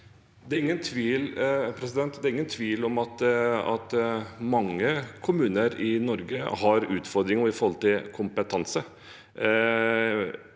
Det er ingen tvil om at mange kommuner i Norge har utfordringer når det gjelder kompetanse,